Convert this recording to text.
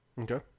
Okay